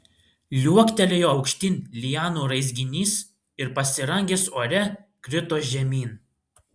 liuoktelėjo aukštyn lianų raizginys ir pasirangęs ore krito žemyn